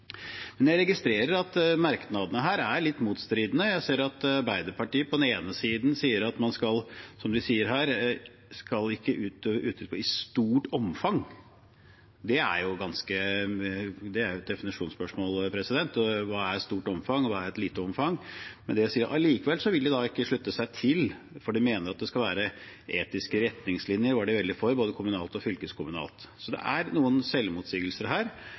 Jeg registrerer at merknadene her er litt motstridende. Jeg ser at Arbeiderpartiet på den ene siden sier at man ikke skal utøve utenrikspolitikk «i stort omfang». Det er jo et definisjonsspørsmål: Hva er et stort omfang, og hva er et lite omfang? Likevel vil de ikke slutte seg til, for de mener at det skal være etiske retningslinjer – det er de veldig for – både kommunalt og fylkeskommunalt. Så det er noen selvmotsigelser her.